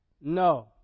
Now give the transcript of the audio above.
No